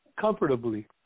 comfortably